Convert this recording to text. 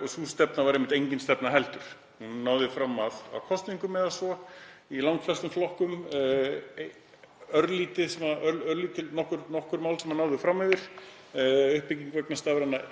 og sú stefna var einmitt engin stefna heldur, hún náði fram að kosningum eða svo í langflestum flokkum, nokkur mál sem náðu fram yfir það, uppbygging vegna stafrænna